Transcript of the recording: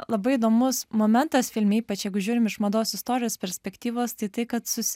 labai įdomus momentas filme ypač jeigu žiūrim iš mados istorijos perspektyvos tai tai kad su